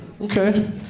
Okay